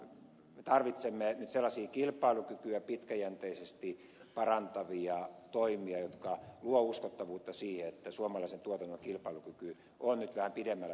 me tarvitsemme nyt sellaisia kilpailukykyä pitkäjänteisesti parantavia toimia jotka luovat uskottavuutta siihen että suomalaisen tuotannon kilpailukyky on nyt vähän pidemmällä tähtäimellä kunnossa